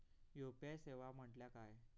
UPI सेवा म्हटल्या काय?